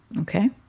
okay